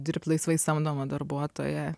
dirbt laisvai samdoma darbuotoja